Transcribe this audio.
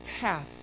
path